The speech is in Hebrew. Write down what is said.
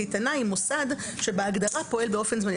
קייטנה היא מוסד שבהגדרה פועל באופן זמני.